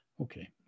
Okay